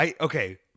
Okay